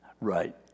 Right